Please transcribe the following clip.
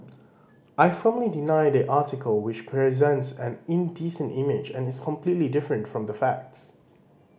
I firmly deny the article which presents an indecent image and is completely different from the facts